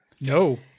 no